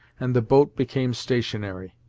and the boat became stationary.